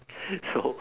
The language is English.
so